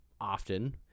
often